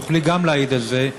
תוכלי גם להעיד על זה,